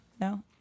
No